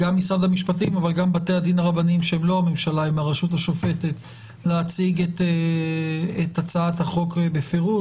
המשפטים ומבתי הדין הרבניים להציג את הצעת החוק בפירוט.